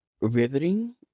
riveting